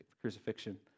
crucifixion